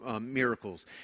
miracles